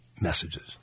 messages